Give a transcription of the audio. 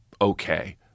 okay